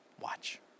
Watch